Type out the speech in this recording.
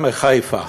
מחיפה,